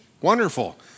Wonderful